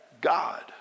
God